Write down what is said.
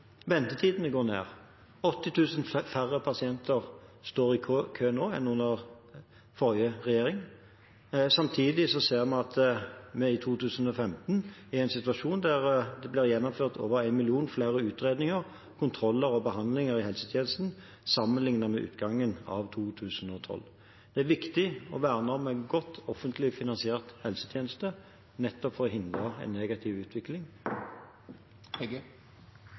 Ventetidene går ned. 80 000 færre pasienter står i kø nå enn under forrige regjering. Samtidig ser vi at vi i 2015 var i en situasjon der det ble gjennomført over 1 million flere utredninger, kontroller og behandlinger i helsetjenesten, sammenlignet med utgangen av 2012. Det er viktig å verne om en god, offentlig finansiert helsetjeneste, nettopp for å hindre en negativ utvikling.